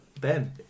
Ben